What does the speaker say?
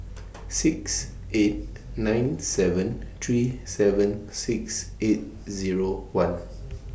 six eight nine seven three seven six eight Zero one